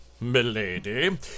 milady